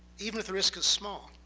even if the risk is small.